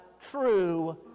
true